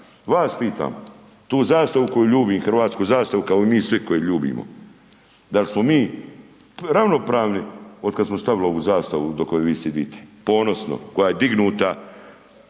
vas pitam, tu zastavu koju ljubim, hrvatsku zastavu kao i mi svi koji ljubimo, da li smo mi ravnopravni otkad smo stavili ovu zastavu do koje vi sjedite, ponosno, koja je dignuta,